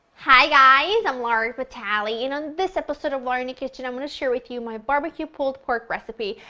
hi guys, i'm laura vitale and on this episode of laura in the kitchen, i'm going to share with you my barbecue pulled pork recipe.